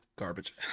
garbage